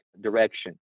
direction